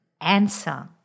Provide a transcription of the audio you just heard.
answer